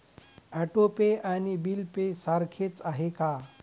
Auto pay आणि bill pay सारखेच आहे का?